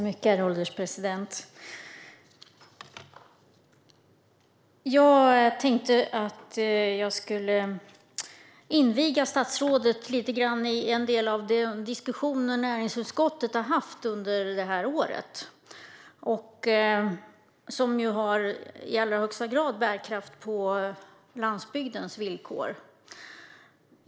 Herr ålderspresident! Jag tänkte inviga statsrådet lite i en del av de diskussioner näringsutskottet har haft under året och som i allra högsta grad har bäring på landsbygdens villkor.